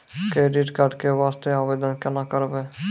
Credit card के वास्ते आवेदन केना करबै?